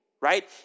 right